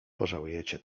pożałujecie